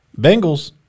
Bengals